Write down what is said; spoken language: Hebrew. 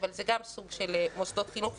אבל זה גם סוג של מוסדות חינוך,